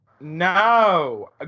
No